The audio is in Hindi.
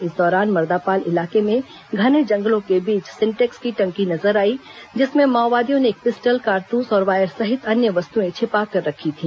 इस दौरान मर्दापाल इलाके में घने जंगलों के बीच सिंटेक्स की टंकी नजर आई जिसमें माओवादियों ने एक पिस्टल कारतूस और वायर सहित अन्य वस्तुएं छिपाकर रखी थी